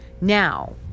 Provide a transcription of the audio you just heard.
now